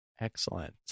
Excellent